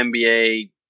NBA